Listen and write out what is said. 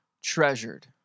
treasured